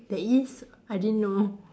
there is I didn't know